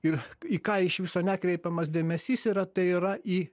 ir į ką iš viso nekreipiamas dėmesys yra tai yra į